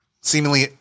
seemingly